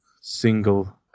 single